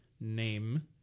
name